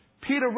Peter